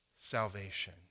salvation